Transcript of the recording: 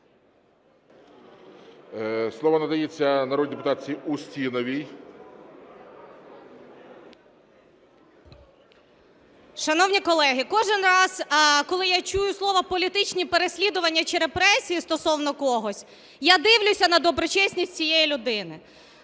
Слово надається народній депутатці Устіновій. 11:08:11 УСТІНОВА О.Ю. Шановні колеги, кожен раз, коли я чую слово "політичні переслідування" чи "репресії" стосовно когось, я дивлюся на доброчесність цієї людини.